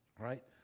right